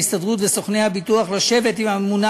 מההסתדרות ומסוכני הביטוח לשבת עם הממונה